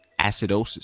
acidosis